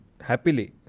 happily